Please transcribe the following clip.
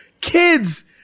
Kids